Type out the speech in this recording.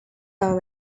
car